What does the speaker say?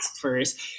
first